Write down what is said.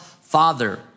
Father